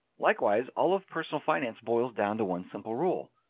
likewise, all of personal finance boils down to one simple rule.